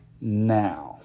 now